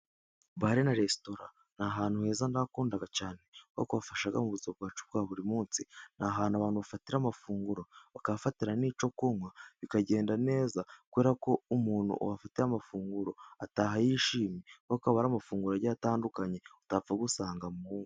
Bara na resitora ni ahantu heza ndahakunda cyane, kubera ko hafasha mu buzima bwacu bwa buri munsi. Ni ahantu abantu bafatira amafunguro, bakahafatira n'icyo kunywa, bikagenda neza. Kubera ko umuntu wahafatatiye amafunguro ataha yishimye, kuko aba ari amafunguro agiye atandukanye utapfa gusanga mu ngo.